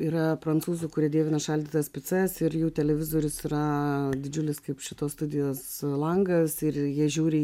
yra prancūzų kurie dievina šaldytas picas ir jų televizorius yra didžiulis kaip šitos studijos langas ir jie žiūri į